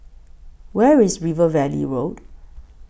Where IS River Valley Road